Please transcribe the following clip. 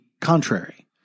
contrary